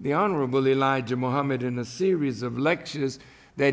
the honorable elijah muhammad in the series of lectures that